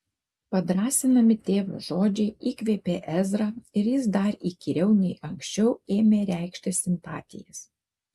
padrąsinami tėvo žodžiai įkvėpė ezrą ir jis dar įkyriau nei anksčiau ėmė reikšti simpatijas